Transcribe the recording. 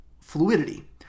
fluidity